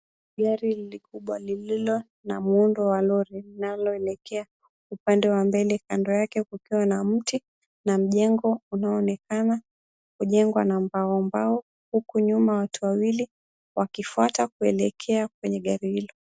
Gari hili kubwa lililo na muundo wa lori linalo elekea upande wa mbele kando yake kukiwa na mti na mjengo unaonekana kujengwa na mbao mbao huku nyuma watu wawili wakifuata kuelekea kwenye gari hilo.